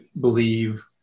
believe